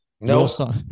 no